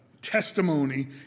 testimony